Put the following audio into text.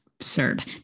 absurd